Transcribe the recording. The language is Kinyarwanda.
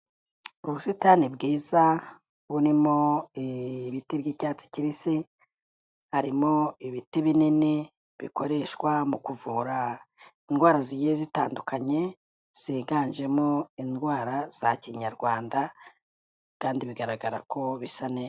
Ubusitani bwiza burimo ibiti by'icyatsi kibisi, harimo ibiti binini bikoreshwa mu kuvura indwara zigiye zitandukanye, ziganjemo indwara za kinyarwanda kandi bigaragara ko bisa neza.